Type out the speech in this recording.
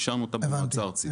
ואישרנו אותו במועצה הארצית.